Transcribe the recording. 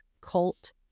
cult